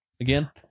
again